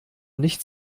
nicht